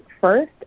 first